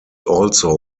also